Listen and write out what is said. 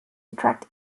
attract